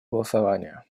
голосования